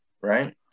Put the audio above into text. right